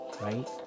right